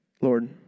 Lord